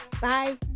bye